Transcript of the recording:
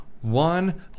one